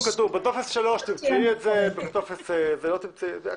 בטופס 3 תמצאי את זה ובטופס אחר לא תמצאי את זה.